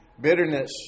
Bitterness